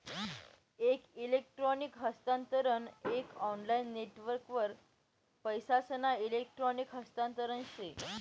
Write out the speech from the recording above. एक इलेक्ट्रॉनिक हस्तांतरण एक ऑनलाईन नेटवर्कवर पैसासना इलेक्ट्रॉनिक हस्तांतरण से